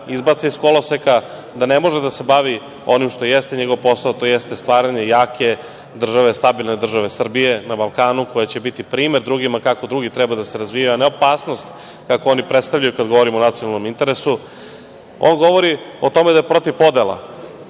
izbace iz koloseka, da ne može da se bavi onim što jeste njegov posao, to jeste stvaranje jake države, stabilne države Srbije na Balkanu koja će biti primer drugima kako drugi treba da se razvijaju, a ne opasnost kako oni predstavljaju kad govorim o nacionalnom interesu. On govori o tome da je protiv podela,